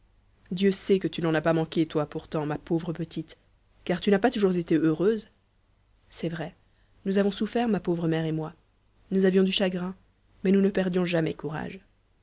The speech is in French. dieu sait que tu n'en as pas manqué toi pourtant ma pauvre petite car tu n'as pas toujours été heureuse c'est vrai nous avons souffert ma pauvre mère et moi nous avions du chagrin mais nous ne perdions jamais courage